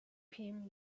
him